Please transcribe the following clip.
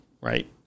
right